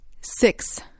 Six